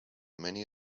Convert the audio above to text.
many